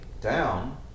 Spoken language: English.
down